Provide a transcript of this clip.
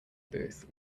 booth